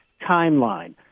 timeline